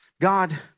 God